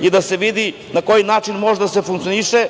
i da se vidi na koji način može da se funkcioniše,